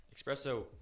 Espresso